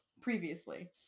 previously